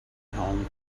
home